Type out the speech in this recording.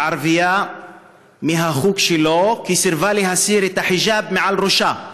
ערבייה מהחוג שלו כי סירבה להסיר את החיג'אב מעל ראשה.